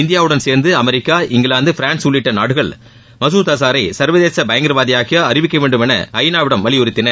இந்தியாவுடன் சேர்ந்து America England France உள்ளிட்ட நாடுகள் மகுத் அசாரை சர்வதேச பயங்கரவாதியாக அறிவிக்கவேண்டும் என ஐநா விடம் வலியுறுத்தின